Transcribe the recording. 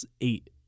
eight